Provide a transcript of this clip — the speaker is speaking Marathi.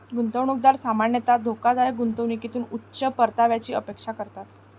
गुंतवणूकदार सामान्यतः धोकादायक गुंतवणुकीतून उच्च परताव्याची अपेक्षा करतात